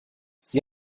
sie